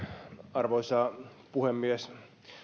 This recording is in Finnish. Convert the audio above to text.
arvoisa puhemies